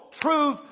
truth